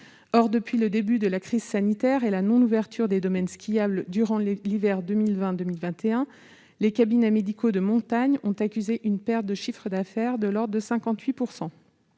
Or, depuis le début de la crise sanitaire et la non-ouverture des domaines skiables durant l'hiver 2020-2021, les cabinets médicaux de montagne ont accusé une perte de chiffre d'affaires de l'ordre de 58 %.